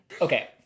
okay